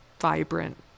vibrant